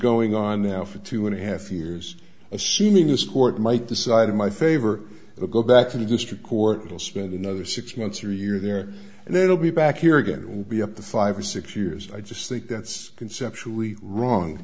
going on now for two and a half years assuming this court might decide in my favor to go back to the district court will spend another six months or a year there and then i'll be back here again it will be up to five or six years i just think that's conceptual